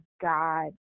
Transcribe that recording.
God